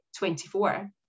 24